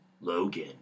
Logan